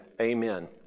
Amen